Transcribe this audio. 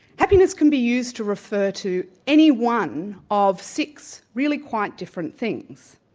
happiness can be used to refer to any one of six really quite different things.